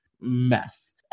mess